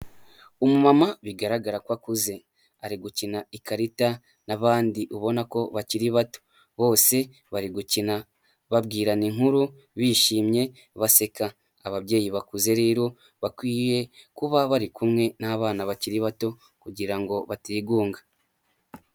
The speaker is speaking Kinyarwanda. Umumama bigaragara ko akuze ari gukina ikarita n'abandi ubona ko bakiri bato, bose bari gukina babwirana inkuru bishimye baseka, ababyeyi bakuze rero bakwiye kuba bari kumwe n'abana bakiri bato kugira ngo batigunga.